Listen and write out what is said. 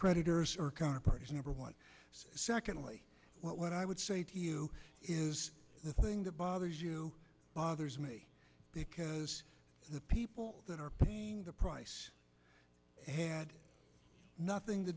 creditors or counterpart is number one secondly what i would say to you is the thing that bothers you bothers me because the people that are paid the price had nothing to